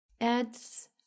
adds